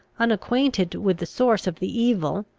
unacquainted with the source of the evil,